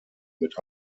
mit